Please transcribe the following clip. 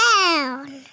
down